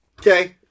Okay